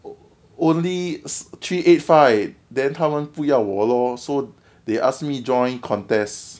only three eight five then 他们不要我 lor so they asked me join contest